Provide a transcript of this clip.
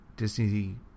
Disney